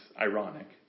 ironic